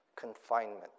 confinement